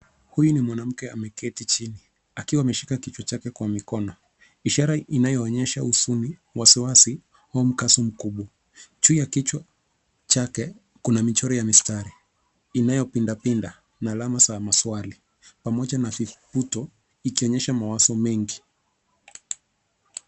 Huyu ni mwanamke ameketi chini, akiwa ameshika kichwa chake kwa mikono. Ishara inayoonyesha huzuni, wasiwasi, au mkasa mkubwa. Juu ya kichwa chake, kuna michoro ya mistari inayopindapinda, na alama za maswali. Pamoja na vivuto, ikionyesha mawazo mengi.